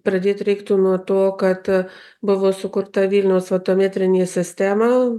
pradėti reiktų nuo to kad buvo sukurta vilniaus fotometrinė sistema